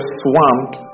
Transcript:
swamped